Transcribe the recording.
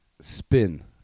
spin